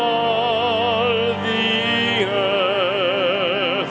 ah ah